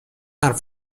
حرف